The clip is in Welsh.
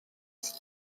sut